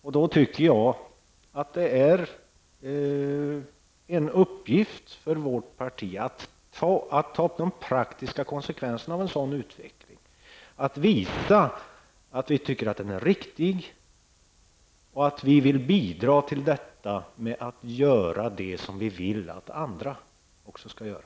Därför tycker jag att det är en uppgift för vårt parti att ta de praktiska konsekvenserna av en sådan här utveckling. Vi måste visa att vi tycker att utvecklingen är riktig och att vi vill ge vårt bidrag genom att göra det som vi vill att andra skall göra.